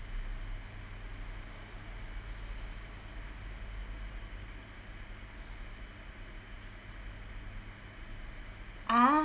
ah